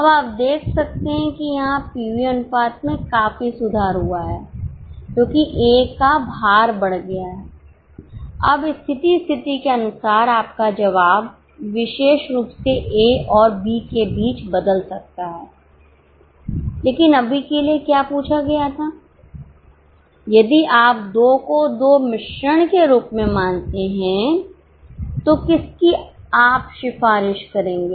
अब आप देख सकते हैं कि यहां पीवी अनुपात में काफी सुधार हुआ है क्योंकि ए का भार बढ़ गया है अब स्थिति स्थिति के अनुसार आपका जवाब विशेष रूप से ए और बी के बीच बदल सकता है लेकिन अभी के लिए क्या पूछा गया था यदि आप 2 को 2 मिश्रण के रूप में मानते हैं तो किसकी आप सिफारिश करेंगे